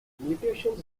mutations